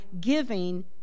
giving